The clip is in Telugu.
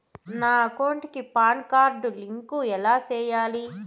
నా అకౌంట్ కి పాన్ కార్డు లింకు ఎలా సేయాలి